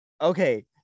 Okay